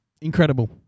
Incredible